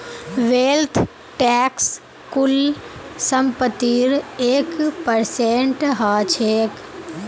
wealth tax कुल संपत्तिर एक परसेंट ह छेक